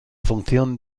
función